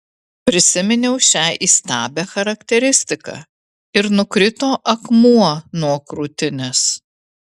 prisiminiau šią įstabią charakteristiką ir nukrito akmuo nuo krūtinės